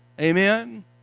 Amen